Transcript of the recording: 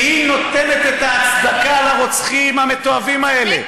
והיא נותנת את ההצדקה לרוצחים המתועבים האלה.